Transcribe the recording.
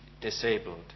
disabled